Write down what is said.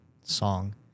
song